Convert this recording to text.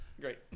Great